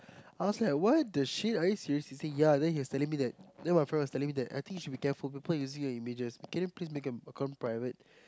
I was like what the shit are you seriously saying ya then he was telling me that then my friend was telling I think you should be careful people are using your images can you please make your account private